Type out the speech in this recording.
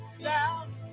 down